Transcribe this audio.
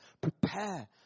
Prepare